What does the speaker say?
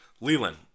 Leland